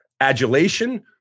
adulation